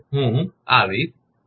હું આવીશ